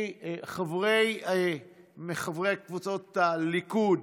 חברי קבוצות הליכוד,